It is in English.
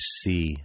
see